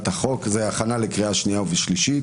החוק זה הכנה לקריאה שנייה ושלישית